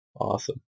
Awesome